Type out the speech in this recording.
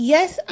Yes